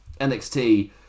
NXT